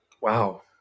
Wow